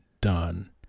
done